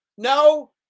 No